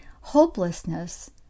hopelessness